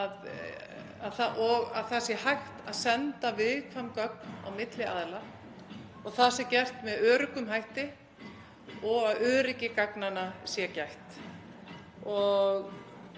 að hægt sé að senda viðkvæm gögn á milli aðila, það sé gert með öruggum hætti og að öryggi gagnanna sé gætt.